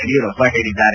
ಯಡಿಯೂರಪ್ಪ ಹೇಳಿದ್ದಾರೆ